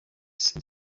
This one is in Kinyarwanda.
ese